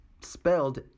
spelled